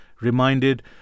reminded